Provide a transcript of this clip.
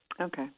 Okay